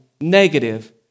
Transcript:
negative